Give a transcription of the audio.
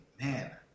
man